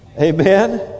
Amen